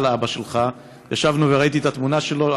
על אבא שלך ישבנו וראיתי את התמונה שלו.